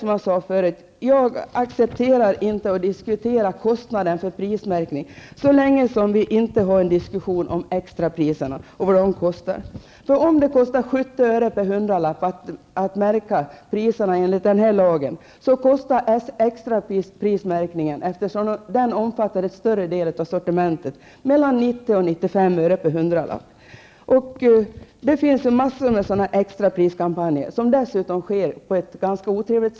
Som jag tidigare har sagt accepterar jag inte en diskussion om kostnaderna för prismärkningen så länge det inte förs någon diskussion om extrapriserna och om kostnaderna för dessa. Om det nu kostar 70 öre per hundralapp att prismärka enligt den aktuella lagen skall det jämföras med kostnaderna för extraprismärkningen -- som ju omfattar större delen av varusortimentet -- och som uppgår till 90--95 öre per hundralapp. Det förekommer en mängd extrapriskampanjer, och dessa kan, såvitt jag förstår, vara ganska otrevliga.